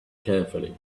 carefully